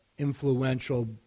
influential